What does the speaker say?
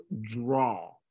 draw